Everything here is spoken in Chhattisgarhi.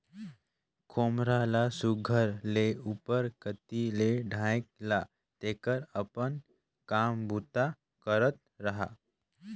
खोम्हरा ल सुग्घर ले उपर कती ले ढाएक ला तेकर अपन काम बूता करत रहा